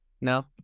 no